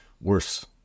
worse